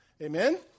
Amen